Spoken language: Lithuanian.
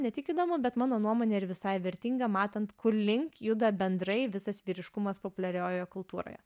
ne tik įdomu bet mano nuomone ir visai vertinga matant kur link juda bendrai visas vyriškumas populiariojoje kultūroje